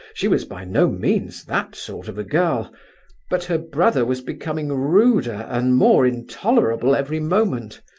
she was by no means that sort of a girl but her brother was becoming ruder and more intolerable every moment.